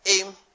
aim